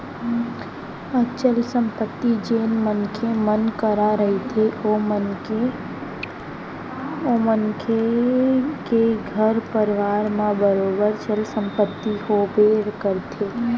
अचल संपत्ति जेन मनखे मन करा रहिथे ओ मनखे के घर परवार म बरोबर चल संपत्ति होबे करथे